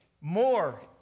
more